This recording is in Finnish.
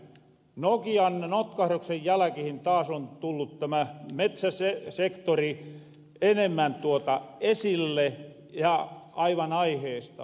nokian notkahduksen jälkihin taas on tullut tämä metsäsektori enemmän esille ja aivan aiheesta